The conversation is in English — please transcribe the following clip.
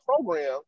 program